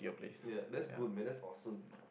ya that's good man that's awesome